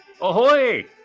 ahoy